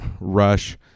rush